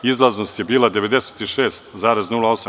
Izlaznost je bila 96,08%